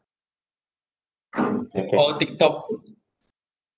or tiktok